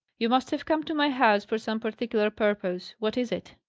you must have come to my house for some particular purpose. what is it?